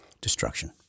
destruction